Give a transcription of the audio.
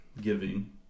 giving